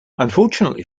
unfortunately